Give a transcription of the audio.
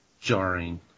Jarring